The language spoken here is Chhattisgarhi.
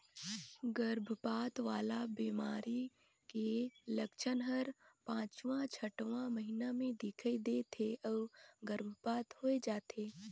गरभपात वाला बेमारी के लक्छन हर पांचवां छठवां महीना में दिखई दे थे अउ गर्भपात होय जाथे